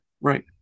Right